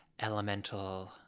elemental